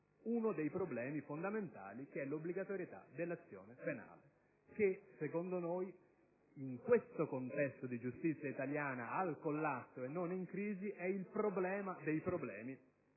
uno dei problemi fondamentali, quello cioè dell'obbligatorietà dell'azione penale che, secondo noi, in questo contesto di giustizia italiana al collasso, e non in crisi, è il problema dei problemi,